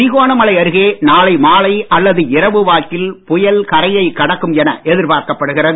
திருகோணமலை அருகே நாளை மாலை அல்லது இரவு வாக்கில் புயல் கரையைக் கடக்கும் என எதிர்பார்க்கப்படுகிறது